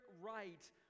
right